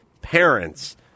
parents